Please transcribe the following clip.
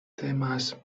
temas